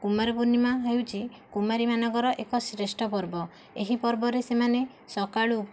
କୁମାର ପୂର୍ଣ୍ଣିମା ହେଉଛି କୁମାରୀ ମାନଙ୍କର ଏକ ଶ୍ରେଷ୍ଠ ପର୍ବ ଏହି ପର୍ବରେ ସେମାନେ ସକାଳୁ